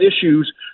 issues